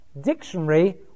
Dictionary